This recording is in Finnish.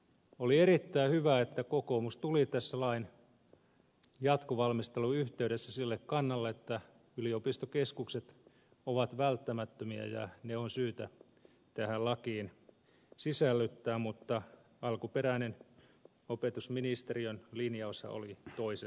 oli erittäin hyvä että kokoomus tuli tässä lain jatkovalmistelun yhteydessä sille kannalle että yliopistokeskukset ovat välttämättömiä ja ne on syytä tähän lakiin sisällyttää mutta alkuperäinen opetusministeriön linjaushan oli toisenlainen